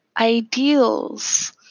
ideals